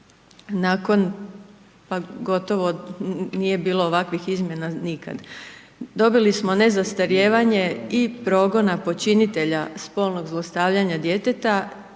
nakon pa gotovo nije bilo ovakvih izmjena nikad. Dobili smo nezastarijevanje i progona počinitelja spolnog zlostavljanja djeteta,